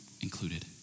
included